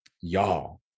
Y'all